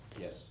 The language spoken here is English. Yes